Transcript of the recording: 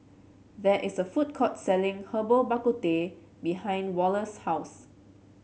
there is a food court selling Herbal Bak Ku Teh behind Wallace's house